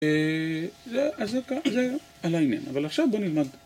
זה... זה... זה, על העניין. אבל עכשיו, בוא נלמד...